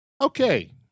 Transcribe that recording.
Okay